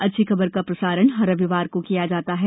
अच्छी खबर का प्रसारण हर रविवार को किया जाता है